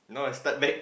now I start back